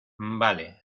vale